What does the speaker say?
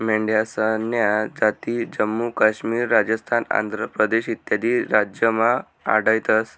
मेंढ्यासन्या जाती जम्मू काश्मीर, राजस्थान, आंध्र प्रदेश इत्यादी राज्यमा आढयतंस